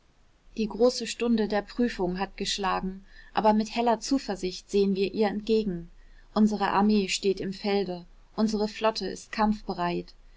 die große stunde der prüfung hat geschlagen aber mit heller zuversicht sehen wir ihr entgegen unsere armee steht im felde unsere flotte ist kampfbereit